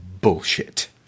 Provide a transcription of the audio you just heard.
bullshit